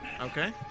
Okay